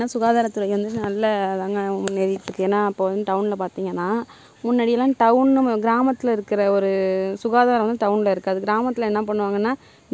இப்போ இந்தியாவிலயே வந்து பார்த்துக்கிட்டீங்கன்னா தமிழ்நாடு தான் வந்து கேரளாக்கடுத்து ரெண்டாவது மாநிலமாக திகழ் திகழ்கிறது எதுலன்னு பார்த்திங்கன்னா கல்வியறிவில